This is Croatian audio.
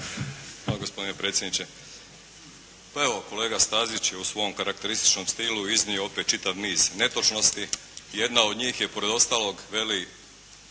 Hvala gospodine predsjedniče. Pa evo, kolega Stazić je u svom karakterističnom stilu iznio opet čitav niz netočnosti. Jedan od njih je pored ostalog, kaže